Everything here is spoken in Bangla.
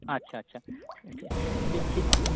আচ্ছা আচ্ছা ঠিক ঠিক